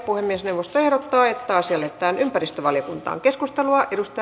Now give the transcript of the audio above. puhemiesneuvosto ehdottaa että asia lähetetään ympäristövaliokuntaan